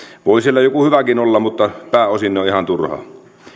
voi siellä joku hyväkin olla mutta pääosin ne ovat ihan turhaan